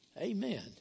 amen